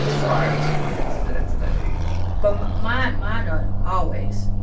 that's prior to to the internet age but mine mine are always.